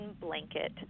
blanket